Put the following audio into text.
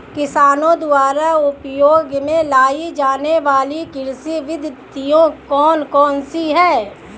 किसानों द्वारा उपयोग में लाई जाने वाली कृषि पद्धतियाँ कौन कौन सी हैं?